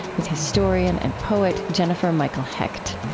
with historian and poet jennifer michael hecht.